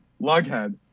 Lughead